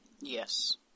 Yes